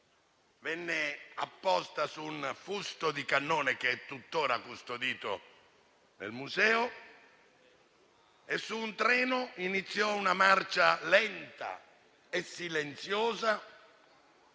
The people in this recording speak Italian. Venne apposta su un affusto di cannone, tuttora custodito nel museo, e su un treno iniziò una marcia lenta e silenziosa